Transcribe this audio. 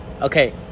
Okay